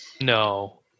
No